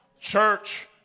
church